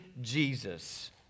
Jesus